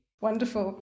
Wonderful